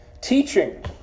Teaching